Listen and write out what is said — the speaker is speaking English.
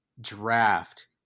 draft